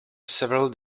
several